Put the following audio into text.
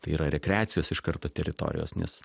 tai yra rekreacijos iš karto teritorijos nes